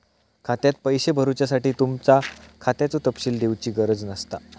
खात्यात पैशे भरुच्यासाठी तुमच्या खात्याचो तपशील दिवची गरज नसता